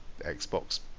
Xbox